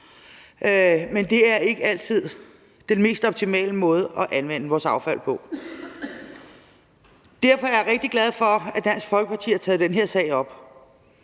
men det er ikke altid den mest optimale måde at anvende vores affald på. Derfor er jeg rigtig glad for, at Dansk Folkeparti har taget den her sag op,